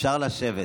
אפשר לשבת,